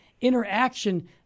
interaction